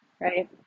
right